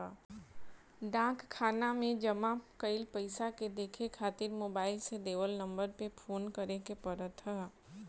डाक खाना में जमा कईल पईसा के देखे खातिर मोबाईल से देवल नंबर पे फोन करे के पड़त ह